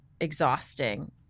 exhausting